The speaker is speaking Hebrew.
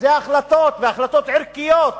וזה החלטות, והחלטות ערכיות,